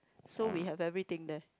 so we have everything there